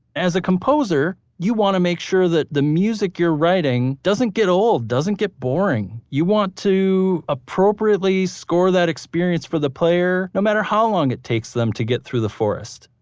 as a composer, you want to make sure that the music you're writing doesn't get old, doesn't get boring. you want to appropriately score that experience for the player, no matter how long it takes them to get through the forest.